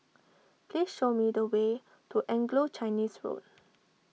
please show me the way to Anglo Chinese School